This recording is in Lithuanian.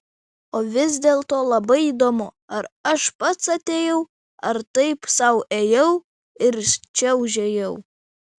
o vis dėlto labai įdomu ar aš pats atėjau ar taip sau ėjau ir čia užėjau